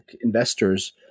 investors